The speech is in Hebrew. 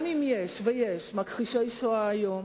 גם אם יש, ויש, מכחישי השואה היום,